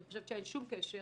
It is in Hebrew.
אני חושבת שאין שום קשר